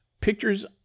Pictures